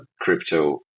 crypto